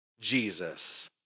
Jesus